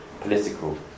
political